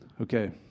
Okay